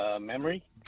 Memory